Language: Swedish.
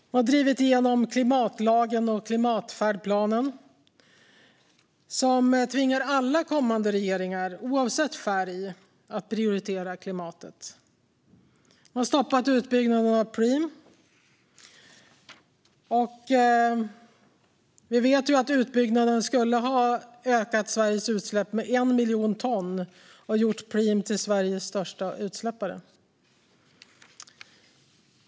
Hon har drivit igenom klimatlagen och klimatfärdplanen, som tvingar alla kommande regeringar, oavsett färg, att prioritera klimatet. Hon har stoppat utbyggnaden av Preem. Vi vet att utbyggnaden skulle ha ökat Sveriges utsläpp med 1 miljon ton och gjort Preem till Sveriges största utsläppare.